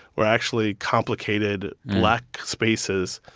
were actually complicated black spaces.